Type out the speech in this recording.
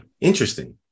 Interesting